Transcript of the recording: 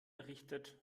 errichtet